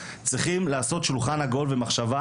צריכים לעשות שולחן עגול ומחשבה,